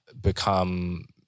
become